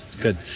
Good